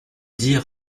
dire